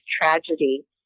tragedy